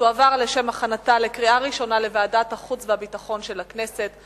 תועבר לשם הכנתה לקריאה ראשונה לוועדת החוץ והביטחון של הכנסת.